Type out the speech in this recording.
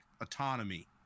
autonomy